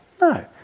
No